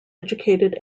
educated